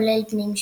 כולל בני משפחתה.